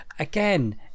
Again